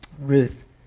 Ruth